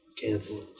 cancel